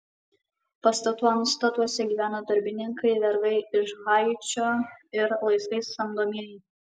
pastatų antstatuose gyveno darbininkai vergai iš haičio ir laisvai samdomieji